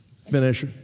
finish